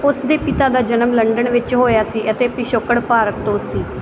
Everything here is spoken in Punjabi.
ਉਸ ਦੇ ਪਿਤਾ ਦਾ ਜਨਮ ਲੰਡਨ ਵਿੱਚ ਹੋਇਆ ਸੀ ਅਤੇ ਪਿਛੋਕੜ ਭਾਰਤ ਤੋਂ ਸੀ